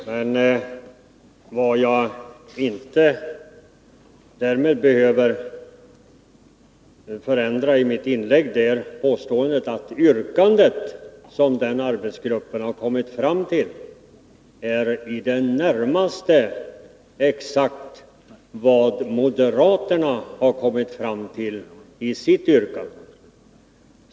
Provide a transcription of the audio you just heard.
Men för den skull behöver jag inte ta tillbaka mitt påstående att det yrkande som den arbetsgruppen har kommit fram till i det närmaste exakt motsvarar vad moderaterna har yrkat.